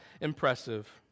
impressive